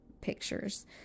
pictures